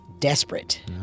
desperate